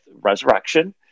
Resurrection